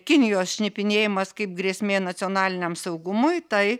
kinijos šnipinėjimas kaip grėsmė nacionaliniam saugumui tai